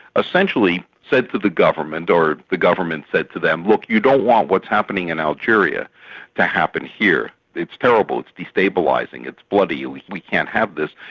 essentially said to the government, or the government said to them, look, you don't want what's happening in algeria to happen here it's terrible, it's destabilising, it's bloody, we we can't have this.